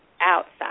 outside